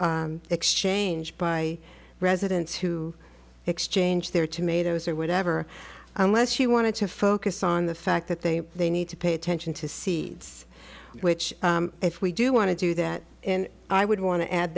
of exchange by residents who exchange their tomatoes or whatever unless you want to focus on the fact that they they need to pay attention to see us which if we do want to do that i would want to add